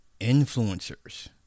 influencers